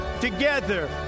together